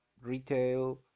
retail